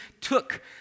took